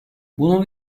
bunun